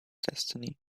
destiny